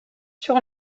sur